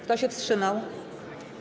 Kto się wstrzymał?